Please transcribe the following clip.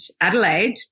Adelaide